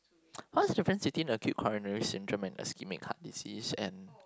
what's a different between acute coronary syndrome and ischemic heart disease and